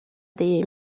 des